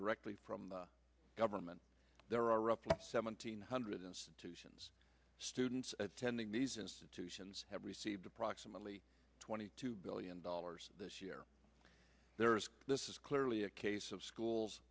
directly from the government there are roughly seven thousand nine hundred institutions students attending these institutions have received approximately twenty two billion dollars this year there is this is clearly a case of schools